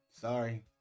sorry